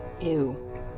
Ew